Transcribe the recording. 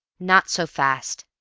not so fast,